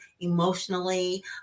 emotionally